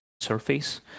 surface